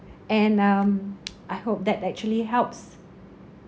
and um I hope that actually helps